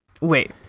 wait